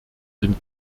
den